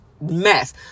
mess